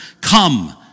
Come